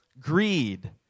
greed